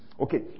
Okay